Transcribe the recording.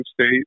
State